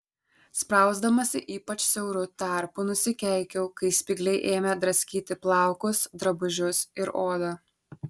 sprausdamasi ypač siauru tarpu nusikeikiau kai spygliai ėmė draskyti plaukus drabužius ir odą